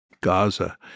Gaza